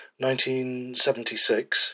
1976